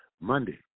Monday